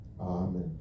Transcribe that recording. Amen